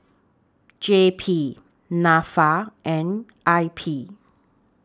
J P Nafa and I P